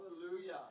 Hallelujah